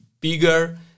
bigger